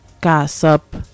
gossip